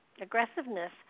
aggressiveness